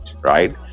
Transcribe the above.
right